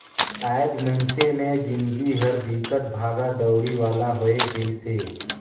आएज मइनसे मे जिनगी हर बिकट भागा दउड़ी वाला होये गइसे